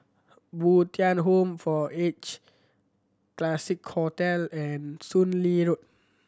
Bo Tien Home for Aged Classique Hotel and Soon Lee Road